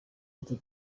utu